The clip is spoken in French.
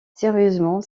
sérieusement